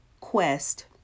quest